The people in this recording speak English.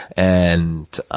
and,